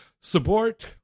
support